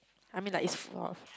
I mean like it's full of